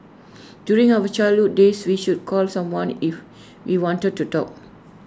during our childhood days we would call someone if we wanted to talk